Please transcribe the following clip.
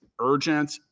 urgent